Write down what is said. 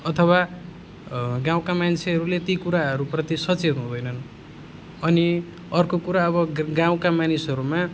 अथवा गाउँका मान्छेहरूले ती कुराहरू प्रति सचेत हुँदैनन् अनि अर्को कुरा अब गाउँका मानिसहरूमा